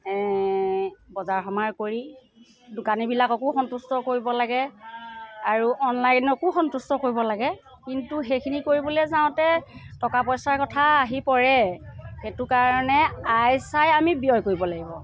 বজাৰ সমাৰ কৰি দোকানীবিলাককো সন্তুষ্ট কৰিব লাগে আৰু অনলাইনকো সন্তুষ্ট কৰিব লাগে কিন্তু সেইখিনি কৰিবলৈ যাওঁতে টকা পইচাৰ কথা আহি পৰে সেইটো কাৰণে আয় চাই আমি ব্যয় কৰিব লাগিব